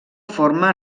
forma